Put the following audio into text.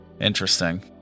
Interesting